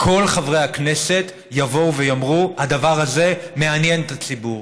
כל חברי הכנסת יבואו ויאמרו: הדבר הזה מעניין את הציבור,